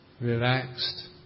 relaxed